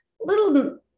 little